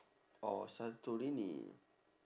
or santorini